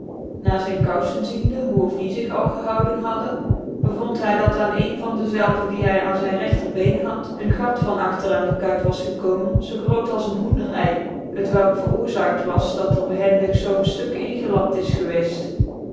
na zyn koufcn ziende hoe of die zig al gehouden hadden bcyond hy dat aan een van dezelve die hy aan zyn reqter been had een gat van agter aan de kuit was gekomen zoo groot als een hoender cy t welk veroorzaakt was dat er behendig zoo een ftuk ingclapt is gewceft